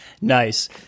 Nice